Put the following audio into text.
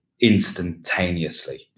instantaneously